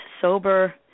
sober